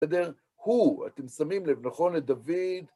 בסדר? הוא, אתם שמים לב, נכון, לדוד...